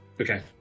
okay